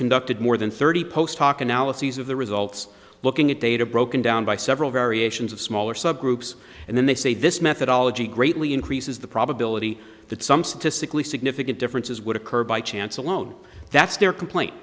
conducted more than thirty post talk analyses of the results looking at data broken down by several variations of smaller subgroups and then they say this methodology greatly increases the probability that some statistically significant differences would occur by chance alone that's their complaint